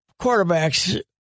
quarterbacks